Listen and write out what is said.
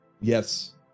yes